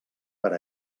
per